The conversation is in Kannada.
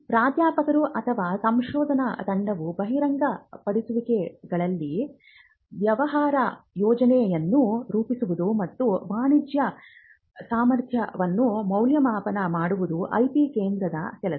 ಪ್ರಾಧ್ಯಾಪಕರು ಅಥವಾ ಸಂಶೋಧನಾ ತಂಡವು ಬಹಿರಂಗಪಡಿಸಿದಾಗಲೆಲ್ಲಾ ವ್ಯವಹಾರ ಯೋಜನೆಯನ್ನು ರೂಪಿಸುವುದು ಮತ್ತು ವಾಣಿಜ್ಯ ಸಾಮರ್ಥ್ಯವನ್ನು ಮೌಲ್ಯಮಾಪನ ಮಾಡುವುದು IP ಕೇಂದ್ರದ ಕೆಲಸ